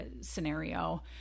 scenario